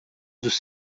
dos